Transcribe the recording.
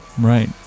right